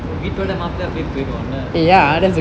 வீட்டோட மாப்பிளயா அப்டே பொயிருவொம்ல:veetode maapilaya apde poiruvomla